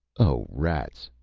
oh, rats!